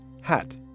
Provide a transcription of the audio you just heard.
hat